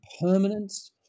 permanence